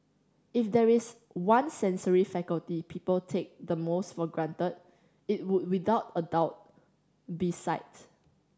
if there is one sensory faculty people take the most for granted it would without a doubt be sight